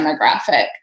demographic